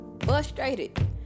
frustrated